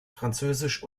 französisch